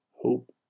Hope